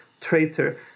traitor